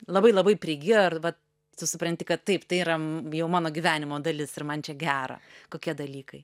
labai labai prigijo ir va tu supranti kad taip tai yra m jau mano gyvenimo dalis ir man čia gera kokie dalykai